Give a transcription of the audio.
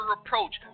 approach